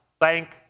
thank